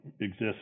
exists